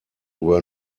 were